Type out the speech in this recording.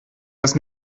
das